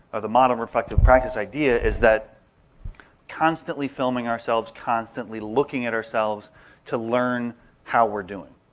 or the modern reflective practice idea, is that constantly filming ourselves, constantly looking at ourselves to learn how we're doing,